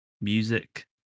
music